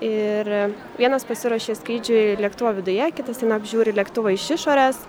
ir vienas pasiruošia skrydžiui lėktuvo viduje kitas eina apžiūri lėktuvą iš išorės